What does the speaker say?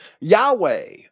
Yahweh